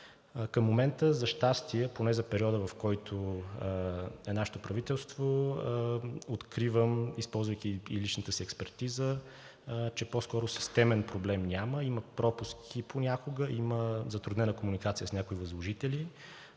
Към момента, за щастие, поне за периода на нашето правителство, откривам, използвайки и личната си експертиза, че по-скоро системен проблем няма, има пропуски понякога, има затруднена комуникация с някои възложители,